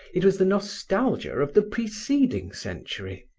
it was the nostalgia of the preceding century,